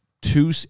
two